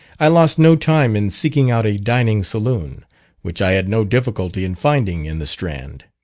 i lost no time in seeking out a dining-saloon, which i had no difficulty in finding in the strand.